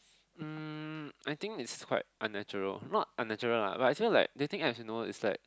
um I think it's quite unnatural not unnatural lah but actually like dating apps you know it's like